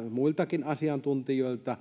muiltakin asiantuntijoilta